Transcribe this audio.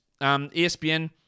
ESPN